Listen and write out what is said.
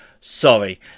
Sorry